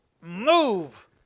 move